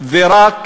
ורק